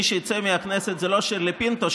מי שיצא מהכנסת זה לא שירלי פינטו,